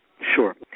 Sure